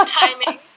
timing